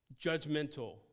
judgmental